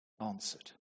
answered